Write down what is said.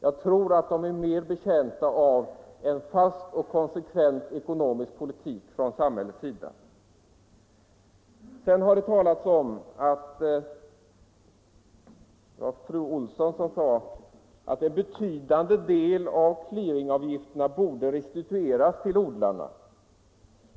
Jag tror att den är mer betjänt av en fast och konsekvent ekonomisk politik från samhällets sida. Fru Olsson i Helsingborg sade att en betydande del av clearingavgifterna borde restitueras till odlarna.